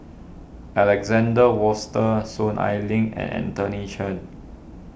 Alexander Soon Ai Ling and Anthony Chen